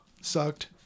sucked